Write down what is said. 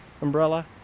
umbrella